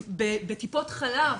בטיפות חלב,